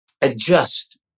adjust